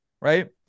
Right